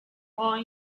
are